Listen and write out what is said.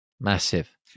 massive